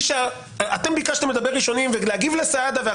אתם ביקשתם לדבר ראשונים ולהגיב לסעדה,